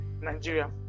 Nigeria